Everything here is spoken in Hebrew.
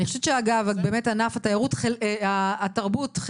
--- ענף התרבות,